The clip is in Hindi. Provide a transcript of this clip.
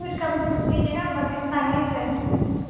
फिर कभी पूछ लीजिएगा बस इतना ही